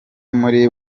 muri